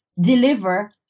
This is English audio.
deliver